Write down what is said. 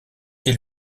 est